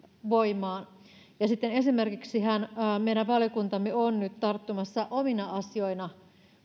voimaan sitten esimerkiksihän meidän valiokuntamme on nyt tarttumassa omina asioinaan